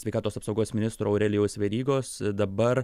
sveikatos apsaugos ministro aurelijaus verygos dabar